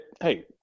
hey